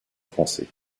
français